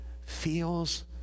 feels